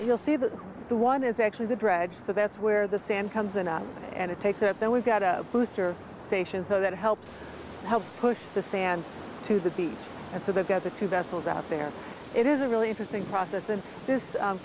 you'll see that the one is actually the dredge so that's where the sand comes in and it takes it then we've got a booster station so that helps helps push the sand to the beach and so they've got the two vessels out there it is a really interesting process and this